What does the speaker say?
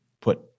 put